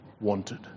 wanted